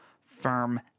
firm